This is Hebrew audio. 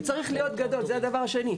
הוא צריך להיות גדול, זה הדבר השני.